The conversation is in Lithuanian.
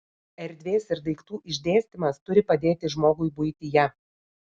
erdvės ir daiktų išdėstymas turi padėti žmogui buityje